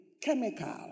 chemical